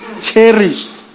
cherished